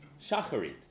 shacharit